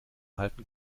halten